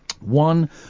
One